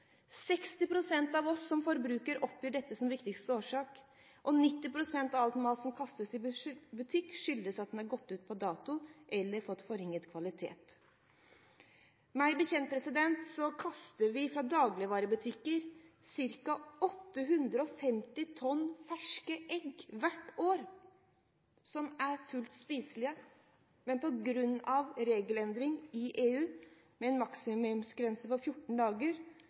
av oss som forbrukere oppgir dette som viktigste årsak. 90 pst. av all mat som kastes i butikk, skyldes at den er gått ut på dato eller at den har fått forringet kvalitet. Meg bekjent kastes det hvert år fra dagligvarebutikker ca. 850 tonn ferske egg som er fullt spiselige. Men på grunn av en regelendring i EU med en maksimumsgrense på 14 dager,